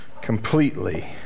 completely